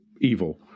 evil